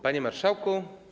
Panie Marszałku!